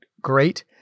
great